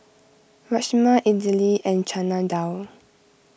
Rajma Idili and Chana Dal